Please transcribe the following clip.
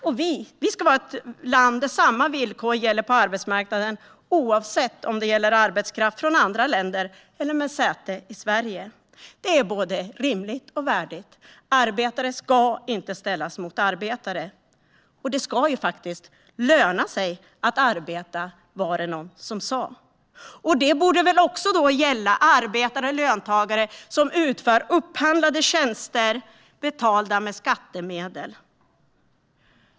Sverige ska vara ett land där samma villkor gäller på arbetsmarknaden, oavsett om det gäller arbetskraft från andra länder eller arbetskraft med säte i Sverige. Det är både rimligt och värdigt. Arbetare ska inte ställas mot arbetare. Och det ska ju löna sig att arbeta - var det någon som sa. Det borde gälla också arbetare och löntagare som utför upphandlade tjänster som betalas med skattemedel.